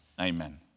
amen